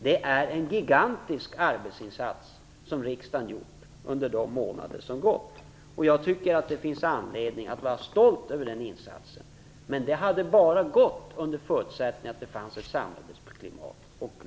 Det är en gigantisk arbetsinsats som riksdagen har gjort. Jag tycker att det finns anledning att vara stolt över den insatsen. Men den hade bara varit möjlig under förutsättning att det fanns ett samarbetsklimat.